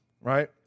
right